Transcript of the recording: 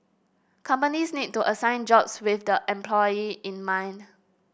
companies need to assign jobs with the employee in mind